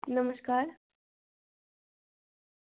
नमस्कार